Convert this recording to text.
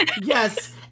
Yes